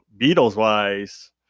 Beatles-wise